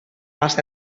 moatst